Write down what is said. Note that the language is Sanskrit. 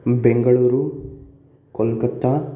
बेङ्गलूरु कोल्कत्ता